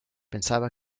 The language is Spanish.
pensaba